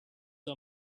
are